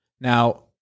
Now